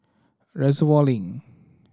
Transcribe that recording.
Reservoir Link